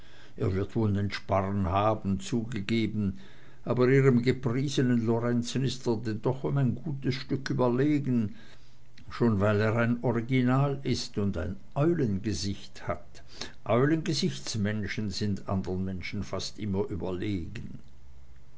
er wird wohl nen sparren haben zugegeben aber ihrem gepriesenen lorenzen ist er denn doch um ein gut stück überlegen schon weil er ein original ist und ein eulengesicht hat eulengesichtsmenschen sind anderen menschen fast immer überlegen